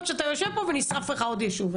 מה גם שאתה יושב פה ונשרף לך עוד ישוב.